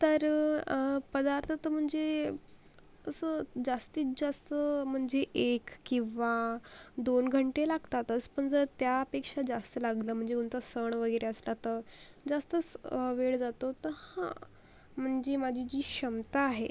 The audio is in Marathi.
तर पदार्थ तर म्हणजे असं जास्तीत जास्त म्हणजे एक किंवा दोन घंटे लागतातच पण जर त्यापेक्षा जास्त लागणं म्हणजे कोणता सण वगैरे असला तर जास्तच वेळ जातो तर हां म्हणजे माझी जी क्षमता आहे